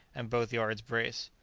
and both yards braced.